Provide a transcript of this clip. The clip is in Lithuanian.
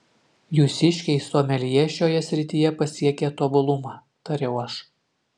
jūsiškiai someljė šioje srityje pasiekė tobulumą tariau aš